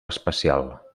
espacial